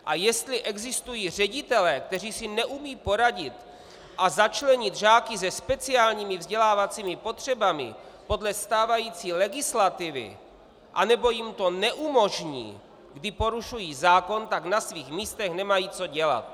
A jestli existují ředitelé, kteří si neumějí poradit a začlenit žáky se speciálními vzdělávacími potřebami podle stávající legislativy a nebo jim to neumožní, kdy porušují zákon, tak na svých místech nemají co dělat!